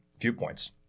viewpoints